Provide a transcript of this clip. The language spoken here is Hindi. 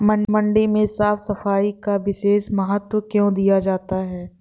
मंडी में साफ सफाई का विशेष महत्व क्यो दिया जाता है?